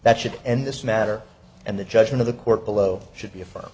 that should end this matter and the judgment of the court below should be affirm